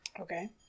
Okay